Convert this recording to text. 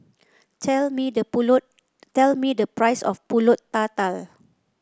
tell me the pulut tell me the price of pulut tatal